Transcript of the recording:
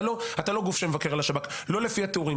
אתה לא גוף שמבקר את השב"כ, לא לפי התיאורים.